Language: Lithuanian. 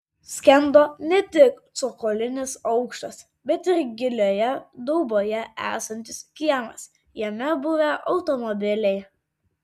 skendo ne tik cokolinis aukštas bet ir gilioje dauboje esantis kiemas jame buvę automobiliai